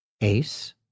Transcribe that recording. Ace